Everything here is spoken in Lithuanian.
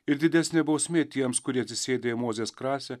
ir didesnė bausmė tiems kurie atsisėdę į mozės krasę